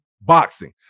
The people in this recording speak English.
boxing